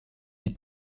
die